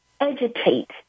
educate